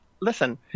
listen –